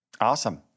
Awesome